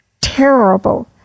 terrible